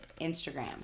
Instagram